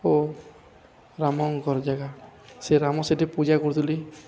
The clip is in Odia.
ଓ ରାମଙ୍କର ଜାଗା ସେ ରାମ ସେଇଠି ପୂଜା କରୁଥିଲି